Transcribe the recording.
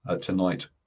tonight